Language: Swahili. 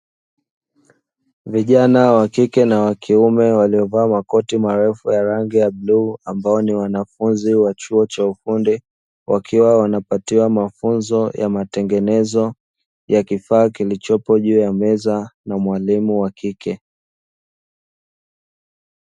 Vijana wa kike na wa kiume waliovaa makoti marefu ya rangi ya bluu, ambao ni wanafunzi wa chuo cha ufundi wakiwa wanapatiwa mafunzo ya matengenezo ya kifaa kilichopo juu ya meza na mwalimu wa kike.